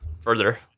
further